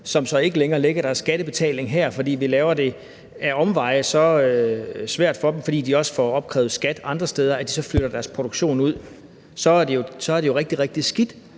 så ikke længere lægger deres skattebetaling her, fordi vi ad omveje laver det så svært for dem, fordi de også får opkrævet skat andre steder, at de så flytter deres produktion ud, så er det jo rigtig, rigtig